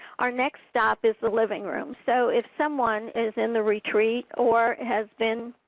our next stop is the living room. so if someone is in the retreat or has been